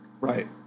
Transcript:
Right